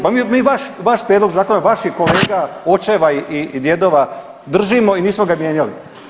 Pa mi vaš prijedlog zakona, vaših kolega, očeva i djedova držimo i nismo ga mijenjali.